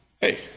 hey